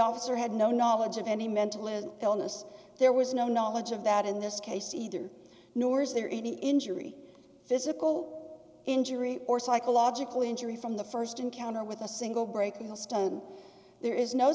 officer had no knowledge of any mentalism illness there was no knowledge of that in this case either nor is there any injury physical injury or psychological injury from the st encounter with a single break in the system there is no